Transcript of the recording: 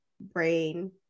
brain